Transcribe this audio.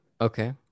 Okay